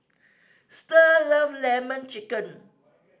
Starr love Lemon Chicken